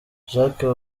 jacques